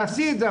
תעשי את זה,